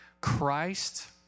Christ